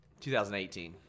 2018